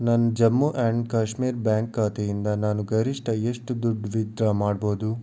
ನನ್ನ Jammu and Kashmir bank ಖಾತೆಯಿಂದ ನಾನು ಗರಿಷ್ಠ ಎಷ್ಟು ದುಡ್ಡು ವಿತ್ಡ್ರಾ ಮಾಡ್ಬೋದು